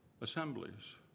assemblies